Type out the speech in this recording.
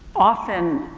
often